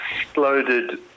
exploded